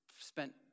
spent